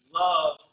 love